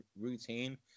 routine